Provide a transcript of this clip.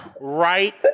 right